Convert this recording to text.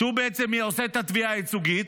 שהוא בעצם עושה את התביעה הייצוגית,